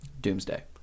Doomsday